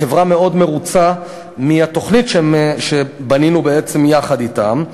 החברה מאוד מרוצה מהתוכנית שבנינו בעצם יחד אתם.